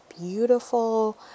beautiful